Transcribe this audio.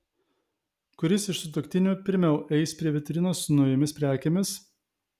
kuris iš sutuoktinių pirmiau eis prie vitrinos su naujomis prekėmis